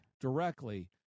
directly